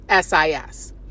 SIS